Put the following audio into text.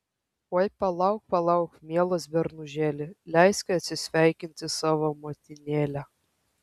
oi palauk palauk mielas bernužėli leiski atsisveikinti savo motinėlę